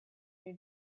new